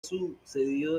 sucedido